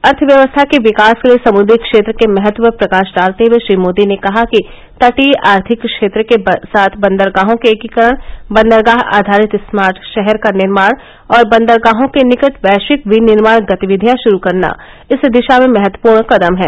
अर्थव्यवस्था के विकास के लिए समुद्री क्षेत्र के महत्व पर प्रकाश डालते हुए श्री मोदी ने कहा कि तटीय आर्थिक क्षेत्र के साथ बंदरगाहों के एकीकरण बंदरगाह आधारित स्मार्ट शहर का निर्माण और बंदरगाहों के निकट वैश्विक विनिर्माण गतिविधयां शुरू करना इस दिशा में महत्वपूर्ण कदम है